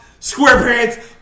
SquarePants